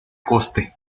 coste